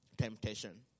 Temptation